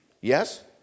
Yes